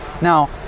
Now